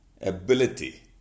ability